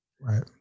Right